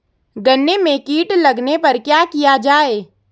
गन्ने में कीट लगने पर क्या किया जाये?